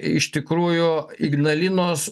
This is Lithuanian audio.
iš tikrųjų ignalinos